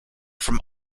from